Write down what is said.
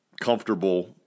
comfortable